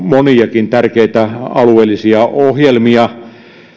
moniakin tärkeitä alueellisia ohjelmia